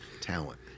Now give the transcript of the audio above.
talent